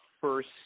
first